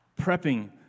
prepping